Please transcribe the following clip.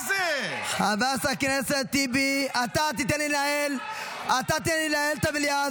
חברת הכנסת טלי גוטליב, תפסי את מקומך, בבקשה.